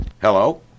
Hello